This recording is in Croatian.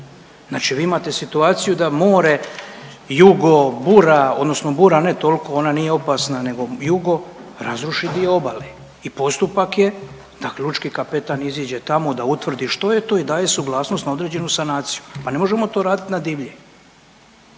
Znači vi imate situaciju da more, jugo, bura, odnosno bura ne toliko ona nije opasna nego jugo razruši dio obale i postupak je, dakle lučki kapetan iziđe tamo, da utvrdi što je to i daje suglasnost na određenu sanaciju. Pa ne možemo to raditi na divlje.